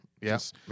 Yes